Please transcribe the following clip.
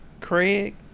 Craig